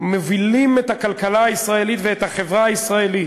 מובילים את הכלכלה הישראלית ואת החברה הישראלית,